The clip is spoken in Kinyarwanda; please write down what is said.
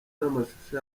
n’amashusho